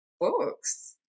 books